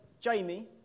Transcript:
Jamie